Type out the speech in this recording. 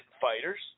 fighters